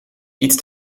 iets